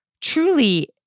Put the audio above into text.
truly